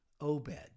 Obed